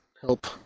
help